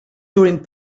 during